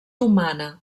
humana